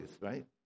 right